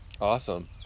Awesome